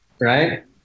right